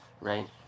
right